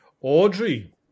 Audrey